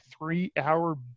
three-hour